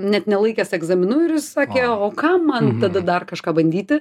net nelaikęs egzaminų ir jis sakė o kam man tada dar kažką bandyti